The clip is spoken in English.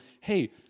hey